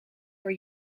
voor